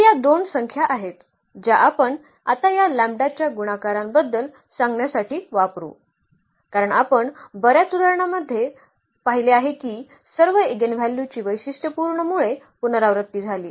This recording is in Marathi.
तर या दोन संख्या आहेत ज्या आपण आता या लॅम्बडाच्या गुणाकारांबद्दल सांगण्यासाठी वापरू कारण आपण बऱ्याच उदाहरणांमध्ये पाहिले की सर्व इगेनव्ह्ल्यूची वैशिष्ट्यपूर्ण मुळे पुनरावृत्ती झाली